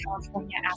California